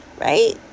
right